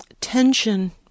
tension